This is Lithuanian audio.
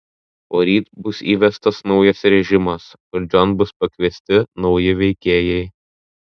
poryt bus įvestas naujas režimas valdžion bus pakviesti nauji veikėjai